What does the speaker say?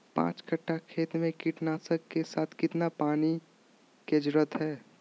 पांच कट्ठा खेत में कीटनाशक के साथ कितना मात्रा में पानी के जरूरत है?